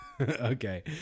Okay